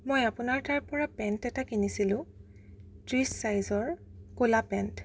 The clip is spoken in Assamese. মই আপোনাৰ তাৰপৰা পেণ্ট এটা কিনিছিলোঁ ত্ৰিছ চাইজৰ ক'লা পেণ্ট